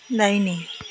दाहिने